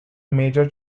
major